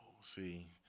See